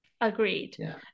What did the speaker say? Agreed